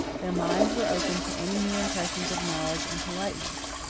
their minds were open to any new impressions of knowledge and politeness.